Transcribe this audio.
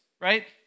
right